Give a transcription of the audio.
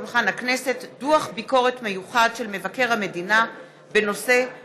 דוח ביקורת מיוחד של מבקר המדינה בנושא: